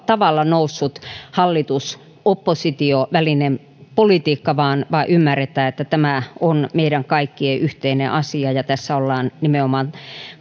tavalla noussut hallitus oppositio välinen politiikka vaan ymmärretään että tämä on meidän kaikkien yhteinen asia ja tässä ollaan nimenomaan